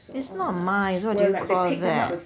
it's not mice what do you call that